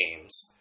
games